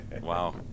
Wow